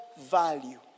value